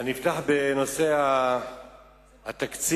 אני אפתח בנושא התקציב.